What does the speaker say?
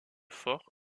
fort